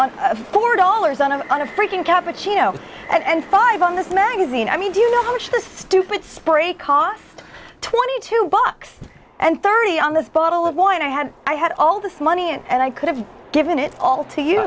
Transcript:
on a four dollars on a on a freaking cabbage you know and five on this magazine i mean do you know how much this stupid spree cost twenty two bucks and thirty on this bottle of wine i had i had all this money and i could have given it all to you